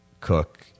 cook